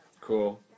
cool